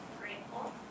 Grateful